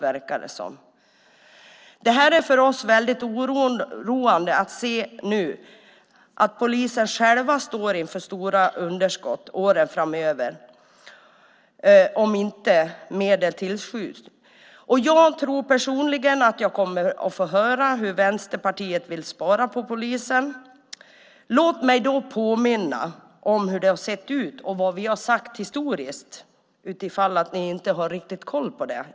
För oss är det väldigt oroande att nu se att polisen själv står inför stora underskott under åren framöver om medel inte tillskjuts. Personligen tror jag att jag kommer att få höra om hur Vänsterpartiet vill spara på polisen. Men låt mig påminna om hur det har sett ut och om vad vi historiskt sagt ifall ni i majoriteten inte riktigt har koll på det.